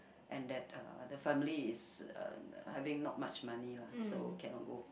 and that uh the family is uh having not much money lah so cannot go